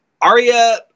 Arya